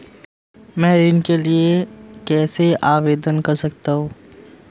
मैं ऋण के लिए कैसे आवेदन कर सकता हूं?